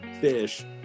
fish